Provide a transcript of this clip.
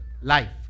life